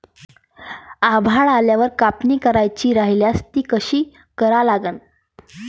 आभाळ आल्यावर कापनी करायची राह्यल्यास ती कशी करा लागन?